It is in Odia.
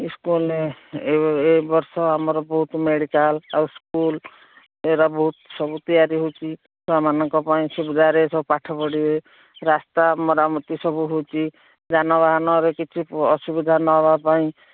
ଇସ୍କୁଲ୍ରେ ଏ ବର୍ଷ ଆମର ବହୁତ ମେଡ଼ିକାଲ ଆଉ ସ୍କୁଲ୍ ଏରା ବହୁତ ସବୁ ତିଆରି ହେଉଛି ଛୁଆମାନଙ୍କ ପାଇଁ ସୁବିଧାରେ ସବୁ ପାଠ ପଢ଼ିବେ ରାସ୍ତା ମରାମତି ସବୁ ହେଉଛି ଯାନବାହନରେ କିଛି ଅସୁବିଧା ନହବା ପାଇଁ